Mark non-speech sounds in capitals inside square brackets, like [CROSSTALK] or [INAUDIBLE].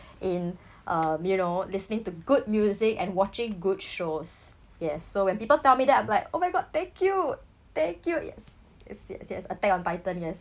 in [BREATH] um you know listening to good music and watching good shows yes so when people tell me that I'm like oh my god thank you thank you yes yes yes attack on titan yes